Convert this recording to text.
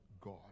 God